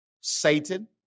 Satan